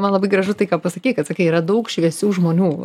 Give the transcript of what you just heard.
man labai gražu tai ką pasakei kad sakai yra daug šviesių žmonių